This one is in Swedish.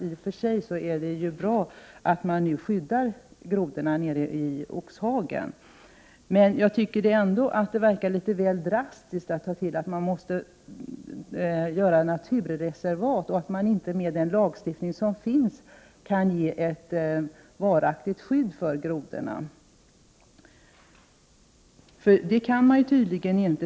I och för sig är det bra att man nu skyddar grodorna i Oxhagen, men jag tycker ändå att det är litet väl drastiskt att man måste ta till naturreservat och att man inte med den lagstiftning som finns kan ge grodorna ett varaktigt skydd — det kan man tydligen inte.